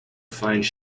finds